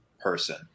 person